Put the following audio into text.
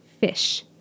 fish